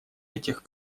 этих